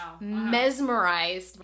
mesmerized